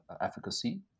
efficacy